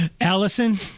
allison